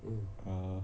uh